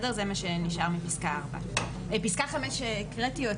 זה מה שנשאר מפסקה (4), את פסקה (5) הקראתי.